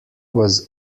was